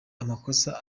amakosa